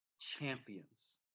champions